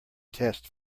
test